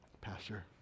Pastor